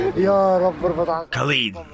Khalid